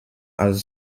als